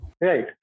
Right